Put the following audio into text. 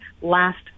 last